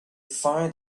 find